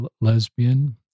lesbian